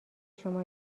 شما